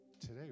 today